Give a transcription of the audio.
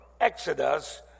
Exodus